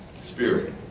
Spirit